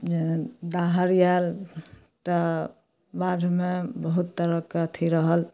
जे दहार आएल तऽ बाधमे बहुत तरहके अथी रहल